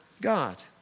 God